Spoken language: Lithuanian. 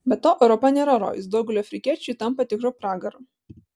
be to europa nėra rojus daugeliui afrikiečių ji tampa tikru pragaru